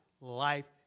life